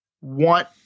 want